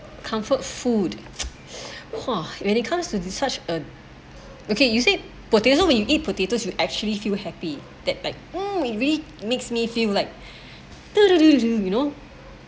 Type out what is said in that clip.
comfort food !wah! when it comes to the such a okay you said potato when you eat potatoes you actually feel happy that like um it really makes me feel like to do do do you know